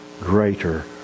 greater